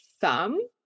thumb